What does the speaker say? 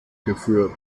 geführt